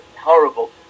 horrible